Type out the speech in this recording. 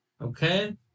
Okay